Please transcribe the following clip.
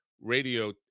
radio